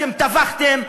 אתם טבחתם,